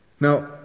Now